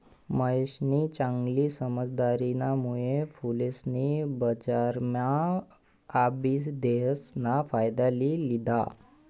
महेशनी चांगली समझदारीना मुळे फुलेसनी बजारम्हा आबिदेस ना फायदा लि लिदा